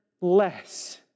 less